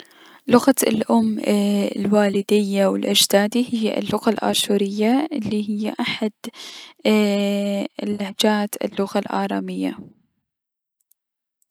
لغة الم لوالدي و لأجدادي هي اللغة الأشورية الي هي احد اللهجات اللغة الألرامية.